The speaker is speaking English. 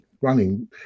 running